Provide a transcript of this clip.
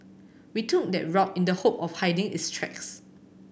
we took that route in the hope of hiding his tracks